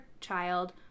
child